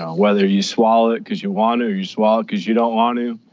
ah whether you swallow it because you want to or you swallow it because you don't want to,